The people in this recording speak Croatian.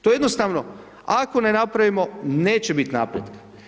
To jednostavno ako ne napravimo neće bit naprijed.